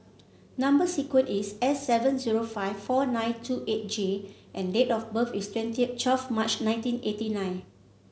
number sequence is S seven zero five four nine two eight J and date of birth is twenty March nineteen eighty nine